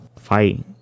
fight